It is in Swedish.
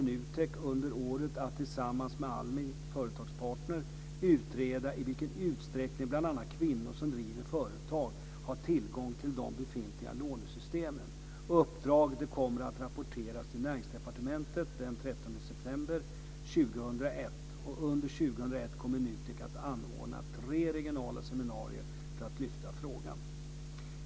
NUTEK under året att tillsammans med ALMI Företagspartner utreda i vilken utsträckning bl.a. kvinnor som driver företag har tillgång till de befintliga lånesystemen. Uppdraget kommer att rapporteras till 2001 kommer NUTEK att anordna tre regionala seminarier för att lyfta frågan.